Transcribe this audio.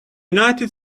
united